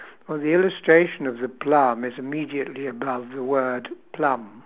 well the illustration of the plum is immediately above the word plum